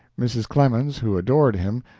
mrs. clemens, who adored him,